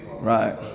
Right